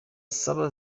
saba